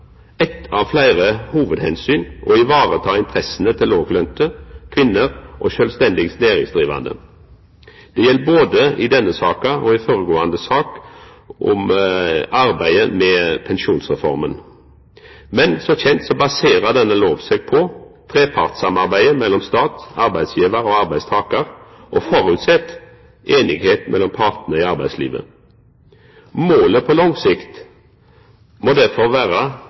av fleire hovudomsyn å vareta interessene til lågtlønte kvinner og sjølvstendig næringsdrivande. Det gjeld både i denne saka og i saka om pensjonsreforma. Som kjent baserer denne lova seg på trepartssamarbeidet mellom stat, arbeidsgivar og arbeidstakar og føreset einigheit mellom partane i arbeidslivet. Målet på lang sikt må derfor vera